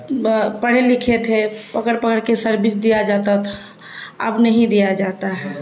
پڑھے لکھے تھے پکڑ پکڑ کے سروس دیا جاتا تھا اب نہیں دیا جاتا ہے